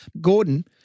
Gordon